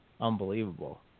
unbelievable